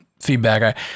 feedback